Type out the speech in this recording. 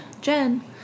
Jen